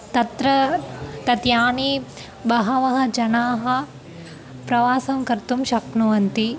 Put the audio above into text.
तत्र तत् यानि बहवः जनाः प्रवासं कर्तुं शक्नुवन्ति